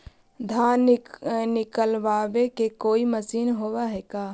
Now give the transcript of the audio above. धान निकालबे के कोई मशीन होब है का?